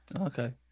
Okay